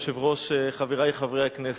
אדוני היושב-ראש, חברי חברי הכנסת,